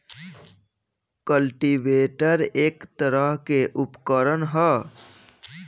cultivator एक तरह के उपकरण ह